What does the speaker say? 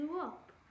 up